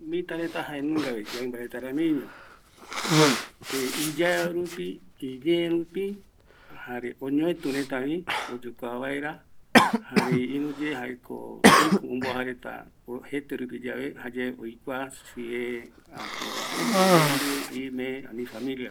Mi jaenungavi, yaimba reta ramiñovi, ayaeo rupi, iñee rupi, jare oñoetu retavi, oñoetu reta vi oyokua vaera, jare iruye jaeko iku omboaja reta jete rupi, jayave oyokua imembi, ime oñoetara va